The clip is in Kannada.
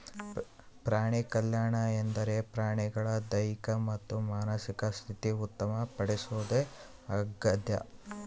ಪ್ರಾಣಿಕಲ್ಯಾಣ ಎಂದರೆ ಪ್ರಾಣಿಗಳ ದೈಹಿಕ ಮತ್ತು ಮಾನಸಿಕ ಸ್ಥಿತಿ ಉತ್ತಮ ಪಡಿಸೋದು ಆಗ್ಯದ